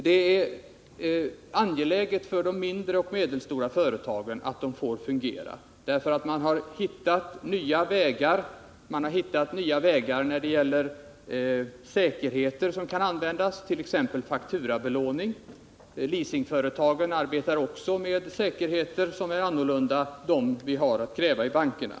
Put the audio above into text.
Det är angeläget för de mindre och medelstora företagen att de får fungera. Finansbolagen har hittat nya vägar när det gäller de säkerheter som kan användas, t.ex. fakturabelåning. Leasingföretagen arbetar också med andra säkerheter än dem vi har att kräva i bankerna.